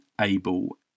able